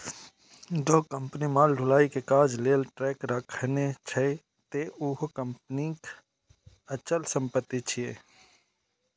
जौं कंपनी माल ढुलाइ के काज लेल ट्रक राखने छै, ते उहो कंपनीक अचल संपत्ति छियै